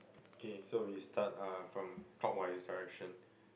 okay so we start uh from clockwise direction